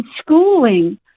schooling